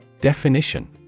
Definition